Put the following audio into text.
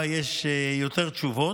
יש יותר תשובות.